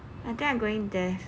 I think I'm going deaf